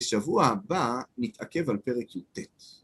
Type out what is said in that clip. בשבוע הבא, נתעכב על פרק י"ט.